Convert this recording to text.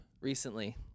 Recently